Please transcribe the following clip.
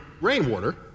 rainwater